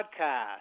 podcast